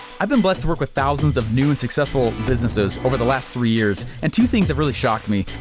i've been blessed to work with thousands of new and successful businesses over the last three years and two things have really shocked me.